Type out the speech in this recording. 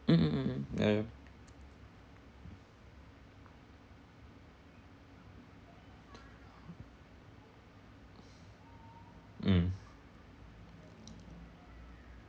mm mm mm mm ya ya mm